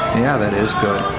yeah, that is good.